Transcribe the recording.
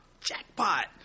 jackpot